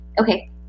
Okay